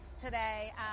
today